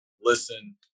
listen